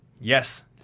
Yes